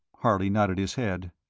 harley nodded his head.